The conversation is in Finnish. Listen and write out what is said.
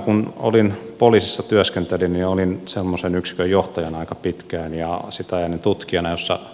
kun poliisissa työskentelin ja olin semmoisen yksikön johtajana aika pitkään ja sitä ennen tutkijana yksikössä jossa